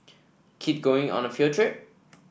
kid going on a field trip